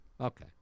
Okay